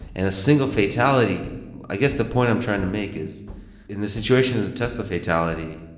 and a single fatality i guess the point i'm trying to make is in the situation of the tesla fatality,